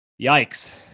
Yikes